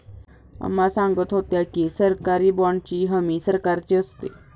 अम्मा सांगत होत्या की, सरकारी बाँडची हमी सरकारची असते